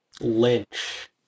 Lynch